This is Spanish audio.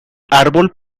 árbol